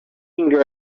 finger